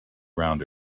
round